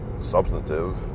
Substantive